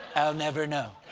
i'll never know.